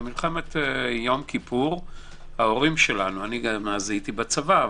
במלחמת יום כיפור אני הייתי בצבא,